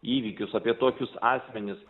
įvykius apie tokius asmenis